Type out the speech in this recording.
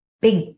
big